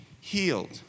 healed